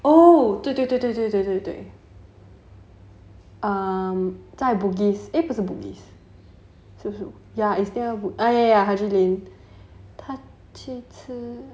oh 对对对对对对对 um 在 bugis eh 不是 bugis ya haji lane 他去吃